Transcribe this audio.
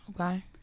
Okay